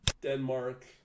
Denmark